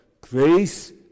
grace